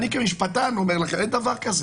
אני כמשפטן אומר לכם, אין דבר כזה.